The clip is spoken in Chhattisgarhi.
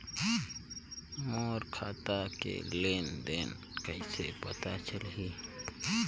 मोर खाता के लेन देन कइसे पता चलही?